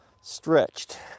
stretched